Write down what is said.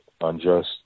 unjust